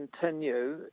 continue